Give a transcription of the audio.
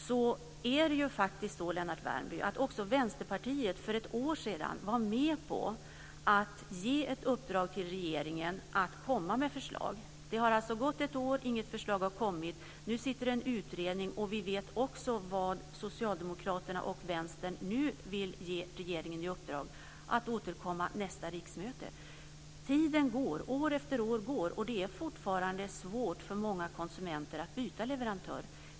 För ett år sedan var också Vänsterpartiet med på att ge ett uppdrag till regeringen att komma med förslag. Det har alltså gått ett år. Inget förslag har kommit. Nu arbetar en utredning. Och vi vet också vad Socialdemokraterna och Vänstern nu vill ge regeringen i uppdrag, nämligen att återkomma nästa riksmöte. Tiden går, år efter år går, och det är fortfarande svårt för många konsumenter att byta leverantör.